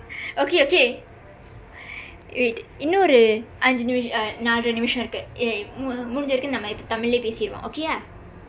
okay okay wait இன்னொரு ஐந்து நிமிஷம்:innoru aindthu nimisham uh நாழரை நிமிஷம் இருக்கு:naazharai nimisham irukku முடிந்த வரைக்கும் நம்ம தமிழிலேயே பேசிடுவோம்:mudindtha varaikkum namma thamizhileeyee peesiduvoom okay ah